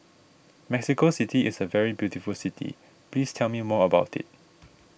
Mexico City is a very beautiful city please tell me more about it